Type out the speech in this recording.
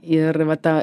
ir va ta